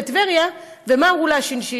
בשנת שירות בטבריה, ומה אמרו לה השינשינים?